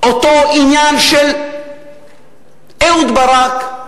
אותו עניין של אהוד ברק,